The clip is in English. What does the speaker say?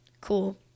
Cool